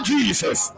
Jesus